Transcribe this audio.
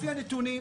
לפי הנתונים,